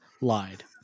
lied